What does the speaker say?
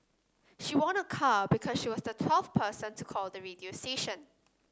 she won a car because she was the twelve person to call the radio station